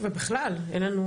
ובכלל אין לנו